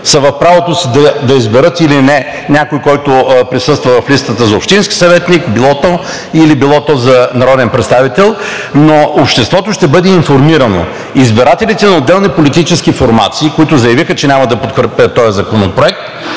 са в правото си да изберат или не някого, който присъства в листата за общински съветник, било то и за народен представител, но обществото ще бъде информирано. Избирателите на отделни политически формации, които заявиха, че няма да потвърдят този законопроект,